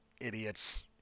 idiots